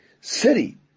city